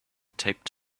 taped